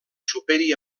superi